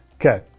Okay